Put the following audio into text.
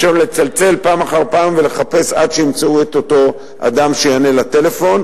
מאשר לצלצל פעם אחר פעם ולחפש עד שימצאו את אותו אדם שיענה לטלפון.